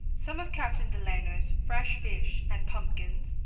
some of captain delano's fresh fish and pumpkins,